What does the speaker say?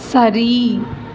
சரி